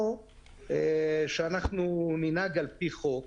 או ננהג לפי חוק,